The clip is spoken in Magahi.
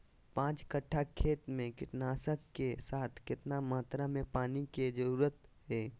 पांच कट्ठा खेत में कीटनाशक के साथ कितना मात्रा में पानी के जरूरत है?